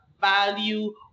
value